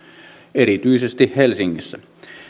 erityisesti helsingissä